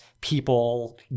people